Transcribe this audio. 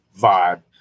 vibe